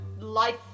life